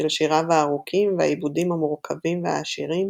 בשל שיריו הארוכים והעיבודים המורכבים והעשירים,